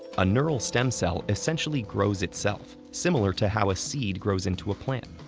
a neural stem cell essentially grows itself, similar to how a seed grows into a plant,